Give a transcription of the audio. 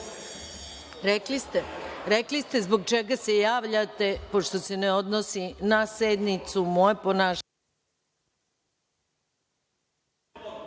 ste zbog čega se javljate što se ne odnosi na sednicu. Moje ponašanje